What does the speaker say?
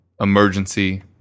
emergency